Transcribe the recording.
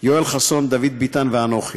יואל חסון, דוד ביטן ואנוכי.